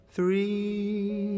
Three